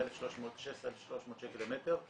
זה 16,300 שקל למטר.